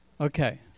Okay